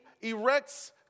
erects